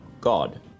God